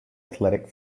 athletic